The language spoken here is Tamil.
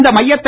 இந்த மையத்தை